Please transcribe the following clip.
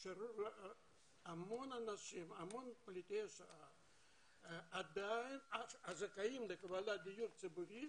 שהמון פליטי שואה הזכאים לקבלת דיור ציבורי